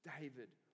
David